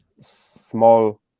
small